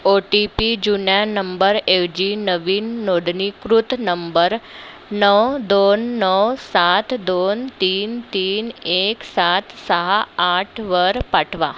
ओ T P जुन्या नंबरऐवजी नवीन नोंदणीकृत नंबर नौ दोन नौ सात दोन तीन तीन एक सात सहा आठवर पाठवा